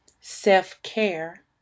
self-care